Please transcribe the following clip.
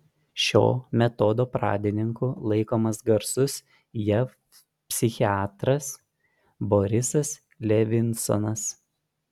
šio metodo pradininku laikomas garsus jav psichiatras borisas levinsonas